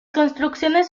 construcciones